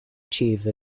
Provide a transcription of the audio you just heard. achieve